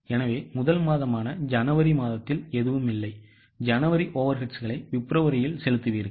எனவே முதல் மாதமான ஜனவரி மாதத்தில் எதுவுமில்லை ஜனவரி overheadsகளை பிப்ரவரியில் செலுத்துவீர்கள்